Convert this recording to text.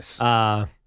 Yes